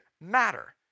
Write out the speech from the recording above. matter